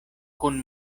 kun